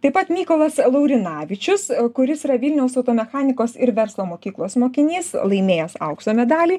taip pat mykolas laurinavičius kuris yra vilniaus auto mechanikos ir verslo mokyklos mokinys laimėjęs aukso medalį